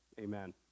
amen